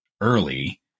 early